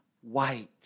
white